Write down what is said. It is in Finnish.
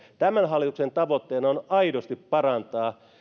tämän hallituksen tavoitteena on aidosti parantaa